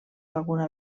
alguna